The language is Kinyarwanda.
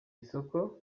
isoko